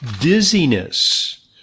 dizziness